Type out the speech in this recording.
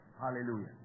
Hallelujah